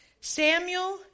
Samuel